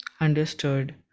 understood